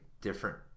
different